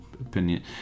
opinion